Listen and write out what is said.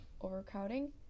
overcrowding